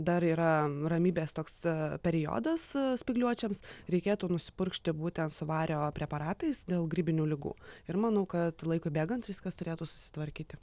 dar yra ramybės toks periodas spygliuočiams reikėtų nusipurkšti būtent su vario preparatais dėl grybinių ligų ir manau kad laikui bėgant viskas turėtų susitvarkyti